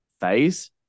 phase